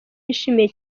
yishimiye